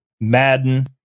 Madden